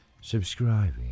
subscribing